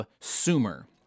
sumer